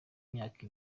myaka